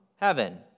heaven